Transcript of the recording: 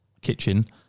kitchen